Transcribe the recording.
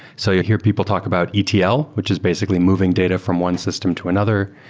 so you hear people talk about etl, which is basically moving data from one system to another.